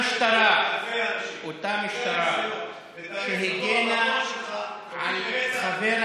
המשחק הזה שאתם משחקים לא מצחיק ואין בו שום חידוש,